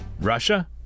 russia